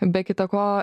be kita ko